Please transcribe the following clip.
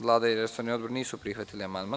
Vlada i resorni odbor nisu prihvatili amandman.